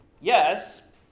Yes